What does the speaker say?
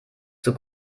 zur